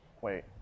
wait